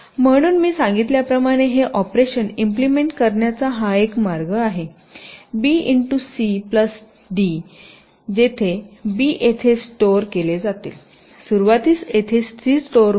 म्हणून मी सांगितल्याप्रमाणे हे ऑपरेशन इम्पलिमेन्ट करण्याचा हा एक मार्ग आहे bcd जेथे बी येथे स्टोर केले जातील सुरुवातीस येथे सी स्टोर होईल